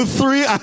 three